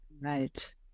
Right